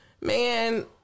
Man